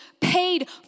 paid